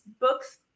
books